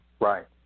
Right